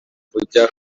kujya